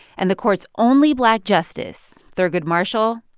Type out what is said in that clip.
and the court's only black justice, thurgood marshall,